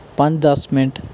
ਪੰਜ ਦਸ ਮਿੰਟ